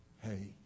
Hey